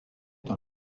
dans